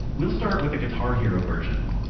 we'll start with the guitar hero version